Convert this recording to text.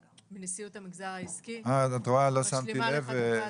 נשיאות המגזר העסקי, בבקשה.